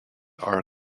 are